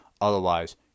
Otherwise